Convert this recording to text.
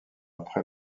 après